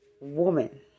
Woman